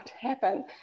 happen